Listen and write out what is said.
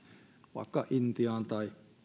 vaikka intian tai